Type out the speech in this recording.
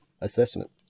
assessment